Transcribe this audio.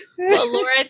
laura